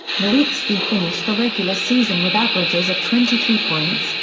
nowitzki finished the regular season with averages of twenty three points,